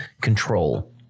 control